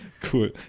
cool